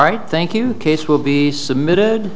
right thank you case will be submitted